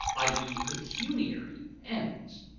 i e, pecuniary, ends.